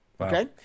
okay